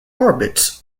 orbits